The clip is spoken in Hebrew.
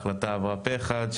ההחלטה עבר פה אחד.